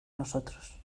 nosotros